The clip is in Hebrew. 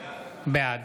בעד